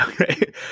okay